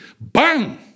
Bang